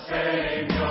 Savior